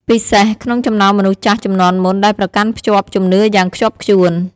ពិសេសក្នុងចំណោមមនុស្សចាស់ជំនាន់មុនដែលប្រកាន់ភ្ជាប់ជំនឿយ៉ាងខ្ជាប់ខ្ជួន។